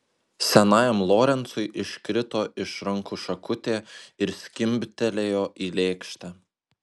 senajam lorencui iškrito iš rankų šakutė ir skimbtelėjo į lėkštę